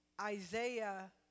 Isaiah